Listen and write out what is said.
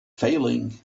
failing